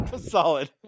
Solid